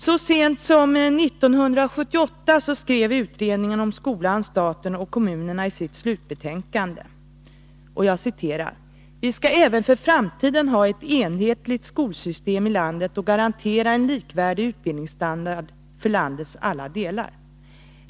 Så sent som 1978 skrev utredningen om skolan, staten och kommunerna i sitt slutbetänkande: ”Vi skall även för framtiden ha ett enhetligt skolsystem i landet och garantera en likvärdig utbildningsstandard för landets alla delar.